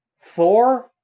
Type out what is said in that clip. Thor